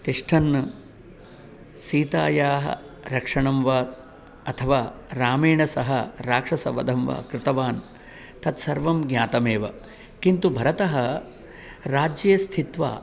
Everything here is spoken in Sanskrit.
तिष्ठन् सीतायाः रक्षणं वा अथवा रामेण सह राक्षसवधं वा कृतवान् तत्सर्वं ज्ञातमेव किन्तु भरतः राज्ये स्थित्वा